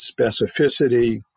specificity